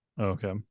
okay